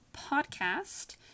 Podcast